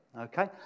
okay